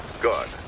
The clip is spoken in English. Good